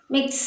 Mix